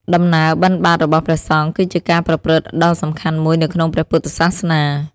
ដំណើរបិណ្ឌបាតរបស់ព្រះសង្ឃគឺជាការប្រព្រឹត្តដ៏សំខាន់មួយនៅក្នុងព្រះពុទ្ធសាសនា។